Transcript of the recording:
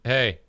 Hey